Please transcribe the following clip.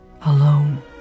alone